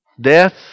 Death